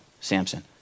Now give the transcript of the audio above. Samson